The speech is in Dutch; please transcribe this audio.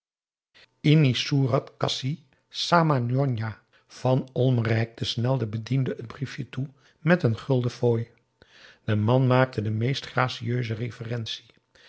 sama njonja van olm reikte snel den bediende t briefje toe met een gulden fooi de man maakte de meest gracieuse reverentie